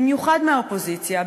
במיוחד מהאופוזיציה,